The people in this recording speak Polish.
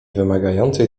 wymagającej